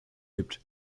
gibt